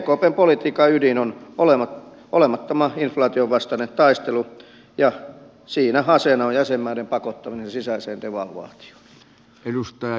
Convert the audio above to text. ekpn politiikan ydin on olemattoman inflaation vastainen taistelu ja siinä aseena on jäsenmaiden pakottaminen sisäiseen devalvaatioon